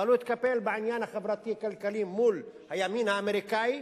אבל הוא התקפל בעניין החברתי-כלכלי מול הימין האמריקני,